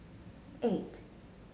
eight